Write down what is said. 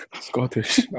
Scottish